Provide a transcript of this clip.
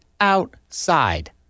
outside